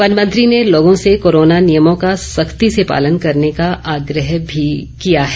one मंत्री ने लोगों से कोरोना नियमों का सख्ती से पालन करने का आग्रह भी किया है